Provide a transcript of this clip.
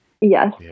Yes